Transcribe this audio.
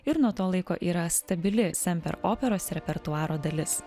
ir nuo to laiko yra stabili semper operos repertuaro dalis